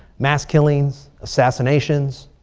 mass killings, assassinations,